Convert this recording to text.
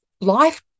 Life